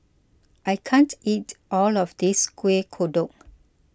I can't eat all of this Kueh Kodok